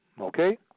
Okay